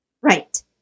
Right